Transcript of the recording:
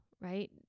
right